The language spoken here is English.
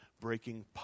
breaking